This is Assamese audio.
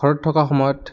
ঘৰত থকা সময়ত